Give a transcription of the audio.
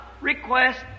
request